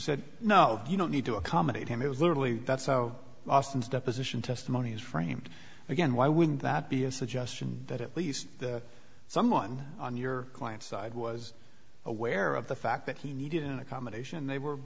said no you don't need to accommodate him it was literally that so austin's deposition testimony is framed again why wouldn't that be a suggestion that at least someone on your client side was aware of the fact that he needed an accommodation they were